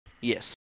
Yes